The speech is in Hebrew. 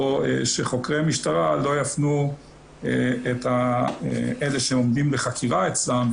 או שחוקרי המשטרה לא יפנו את אלה שעומדים לחקירה אצלם,